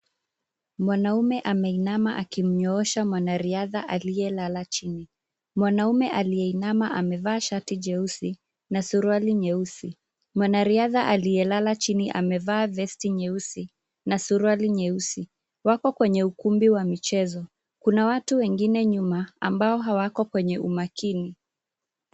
Mwanaume ameinama akimnyoosha mwanariadha alielala chini. Mwanaume alieinama amevaa shati jeusi na suruali nyeusi. Mwanariadha alielala chini amevaa vesti nyeusi na suruali nyeusi. Wako kwenye ukumbi wa michezo. Kuna watu wengine nyuma ambao hawako kwenye umakini.